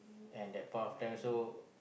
and that part of time also